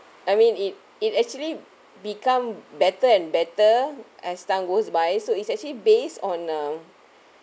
I mean it it actually become better and better as time goes by so it's actually based on um